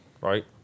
right